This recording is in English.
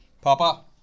Papa